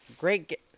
great